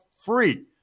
free